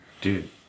Dude